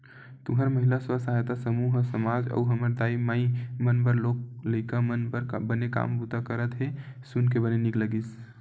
तुंहर महिला स्व सहायता समूह ह समाज अउ हमर दाई माई मन बर लोग लइका मन बर बने काम बूता करत हे सुन के बने नीक लगिस